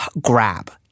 grab